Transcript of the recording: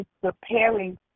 preparing